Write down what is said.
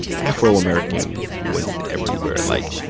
afro-american was everywhere. like,